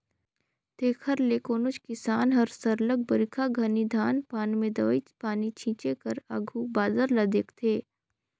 तेकर ले कोनोच किसान हर सरलग बरिखा घनी धान पान में दवई पानी छींचे कर आघु बादर ल देखथे